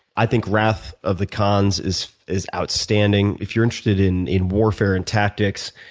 i think wrath of the khans is is outstanding. if you're interested in in warfare and tactics.